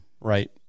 right